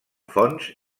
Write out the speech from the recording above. fonts